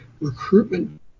recruitment